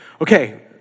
Okay